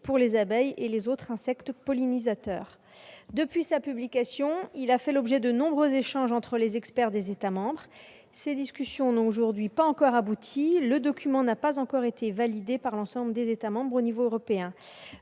pour les abeilles et autres insectes pollinisateurs. Depuis sa publication, il a fait l'objet de nombreux échanges entre les experts des États membres. Ces discussions n'ont pas encore abouti et le document n'a toujours pas été validé par l'ensemble des États membres au niveau européen.